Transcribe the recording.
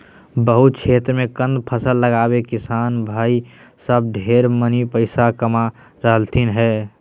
बहुत क्षेत्र मे कंद फसल लगाके किसान भाई सब ढेर मनी पैसा कमा रहलथिन हें